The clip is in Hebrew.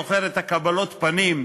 אני זוכר את קבלות הפנים,